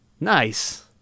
Nice